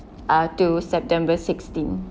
uh to september sixteen